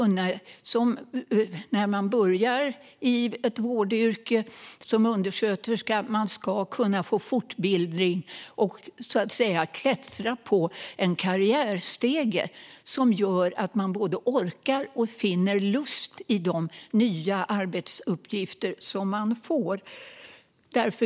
När man börjar i ett vårdyrke som undersköterska ska man kunna få fortbildning och så att säga klättra på en karriärstege som gör att man både orkar med och finner lust i de nya arbetsuppgifter som man får.